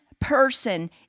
person